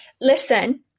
Listen